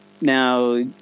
Now